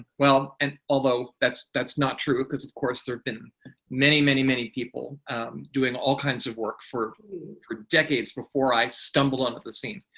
and although that's that's not true because of course there have been many, many, many people doing all kinds of work for for decades before i stumbled onto the scene.